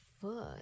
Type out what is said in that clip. foot